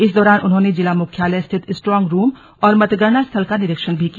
इस दौरान उन्होंने जिला मुख्यालय स्थित स्ट्रांग रूम और मतगणना स्थल का निरीक्षण भी किया